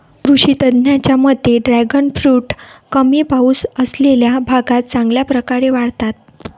कृषी तज्ज्ञांच्या मते ड्रॅगन फ्रूट कमी पाऊस असलेल्या भागात चांगल्या प्रकारे वाढतात